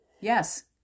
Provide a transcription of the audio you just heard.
Yes